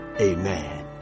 Amen